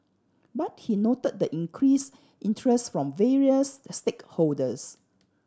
but he noted the increased interest from various stakeholders